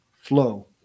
Flow